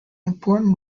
important